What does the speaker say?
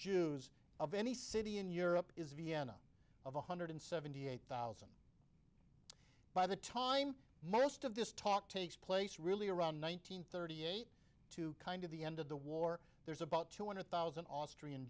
june of any city in europe is vienna of one hundred seventy eight thousand by the time most of this talk takes place really around one thousand thirty eight to kind of the end of the war there's about two hundred thousand austrian